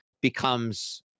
becomes